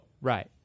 Right